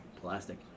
plastic